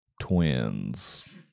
Twins